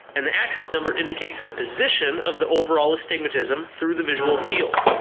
and the axis number indicates the position of the overall astigmatism through the visual field.